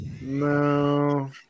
No